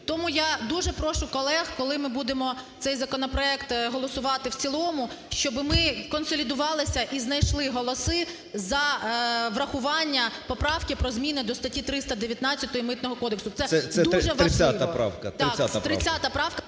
Тому я дуже прошу колег, коли ми будемо цей законопроект голосувати в цілому, щоб ми змогли консолідуватися і знайшли голоси за врахування поправки про зміни до статті 319 Митного кодексу. Це дуже важливо. КРИШИН О.Ю.